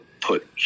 put